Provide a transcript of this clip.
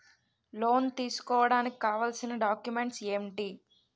Loan తీసుకోడానికి కావాల్సిన documents ఎంటి?